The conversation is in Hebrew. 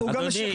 אדוני,